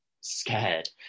scared